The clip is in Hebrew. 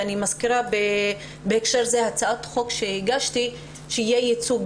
ואני מזכירה בהקשר זה הצעת חוק שהגשתי שיהיה ייצוג